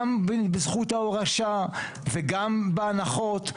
גם בזכות ההורשה וגם בהנחות,